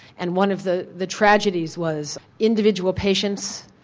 and one of the the tragedies was individual patients,